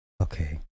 Okay